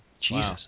Jesus